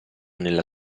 nella